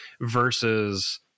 Versus